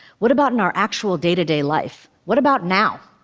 what about in our actual day-to-day life? what about now?